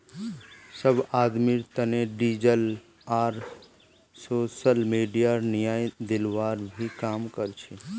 सब आदमीर तने डिजिटल आर सोसल मीडिया न्याय दिलवार भी काम कर छे